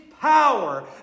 power